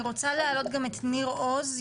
אני רוצה להעלות גם את ניר עוז,